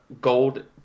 gold